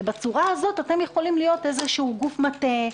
בצורה הזו אתם יכולים להיות איזשהו גוף מטה,